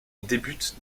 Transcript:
débute